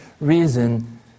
reason